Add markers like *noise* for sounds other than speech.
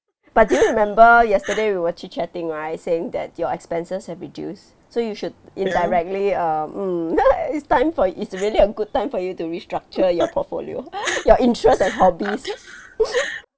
but do you remember yesterday we were chit-chatting right saying that your expenses have reduced so you should indirectly err mm *laughs* it's time for you it's really a good time for you to restructure your portfolio *laughs* your interests and hobbies *laughs*